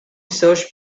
search